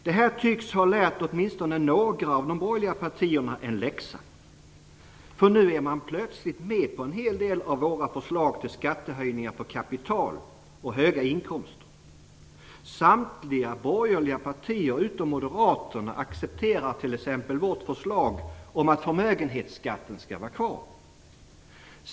Detta tycks ha lärt åtminstone några av de borgerliga partierna en läxa. Nu är man plötsligt med på en hel del av våra förslag till skattehöjningar på kapital och höga inkomster. Samtliga borgerliga partier utom Moderaterna accepterar t.ex. vårt förslag om att förmögenhetsskatten skall vara kvar.